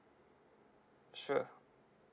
sure